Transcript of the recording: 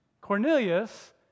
Cornelius